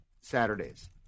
Saturdays